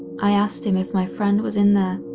i asked him if my friend was in there,